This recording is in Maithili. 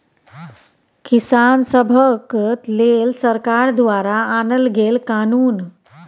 किसान सभक लेल सरकार द्वारा आनल गेल कानुन